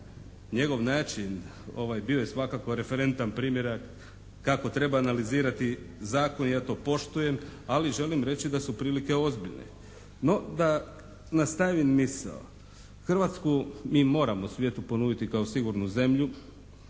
njegov način bio je svakako referentan primjerak kako treba analizirati zakon. Ja to poštujem ali želim reći da su prilike ozbiljne. No, da nastavim misao. Hrvatsku mi moramo svijetu ponuditi kao sigurnu zemlju,